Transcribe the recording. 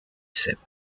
ceps